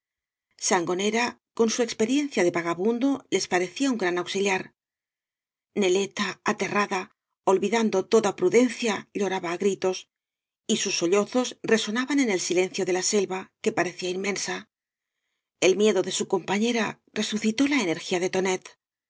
sangonera con su experiencia de vagabundo lea parecía un gran auxiliar neleta aterrada olvidando toda prudencia lloraba á gritos y sus sollozos resonaban en el silencio de la selva que parecía inmensa ei miedo de su compañera resucitó la energía de tonet